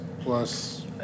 plus